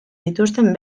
dituzten